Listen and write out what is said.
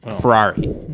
Ferrari